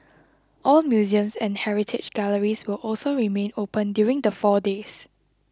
all museums and heritage galleries will also remain open during the four days